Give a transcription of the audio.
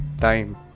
time